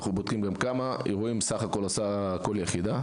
אנחנו גם בודקים כמה אירועים סך הכל עושה כל יחידה,